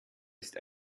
ist